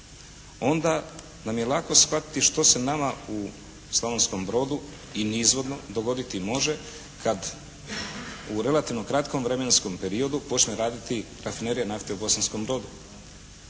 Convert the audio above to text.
onda nam je lako shvatiti što se nama u Slavonskom Brodu i nizvodno dogoditi može kad u relativno kratkom vremenskom periodu počne raditi rafinerija nafte u Bosanskom Brodu.